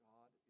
God